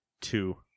two